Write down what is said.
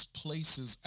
places